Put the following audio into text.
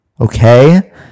Okay